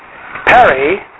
Perry